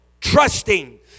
Trusting